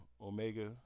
Omega